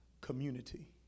community